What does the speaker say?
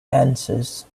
answers